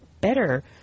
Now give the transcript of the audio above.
better